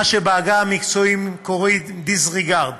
מה שבעגה המקצועית קוראים disregard.